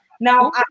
now